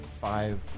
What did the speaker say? five